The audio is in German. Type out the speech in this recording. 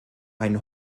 einen